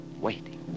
waiting